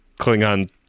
Klingon